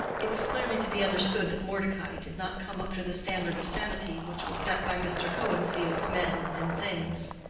it was clearly to be understood that mordecai did not come up to the standard of sanity which was set by mr. cohen's view of men and things.